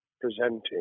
presenting